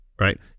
right